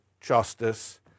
justice